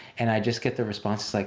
and i just get the response, it's like,